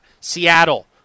Seattle